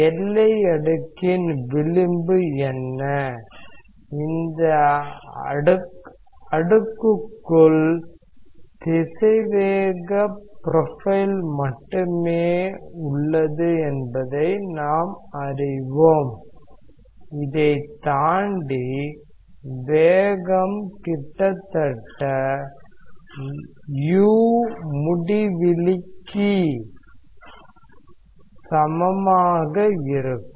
எல்லை அடுக்கின் விளிம்பு என்ன இந்த அடுக்குக்குள் திசைவேக ப்ரொபைல் மட்டுமே உள்ளது என்பதை நாம் அறிவோம் இதைத் தாண்டி வேகம் கிட்டத்தட்ட u முடிவிலிக்கு சமமாக இருக்கும்